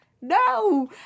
no